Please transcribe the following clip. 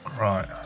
Right